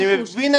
אני מבין את הכאב.